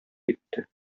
китте